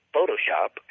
Photoshop